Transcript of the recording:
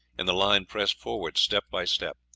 and the line pressed forward step by step.